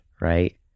right